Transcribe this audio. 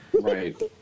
Right